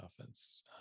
offense